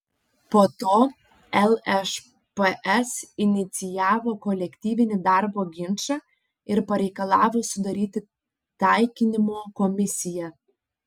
po to lšps inicijavo kolektyvinį darbo ginčą ir pareikalavo sudaryti taikinimo komisiją